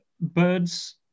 birds